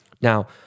Now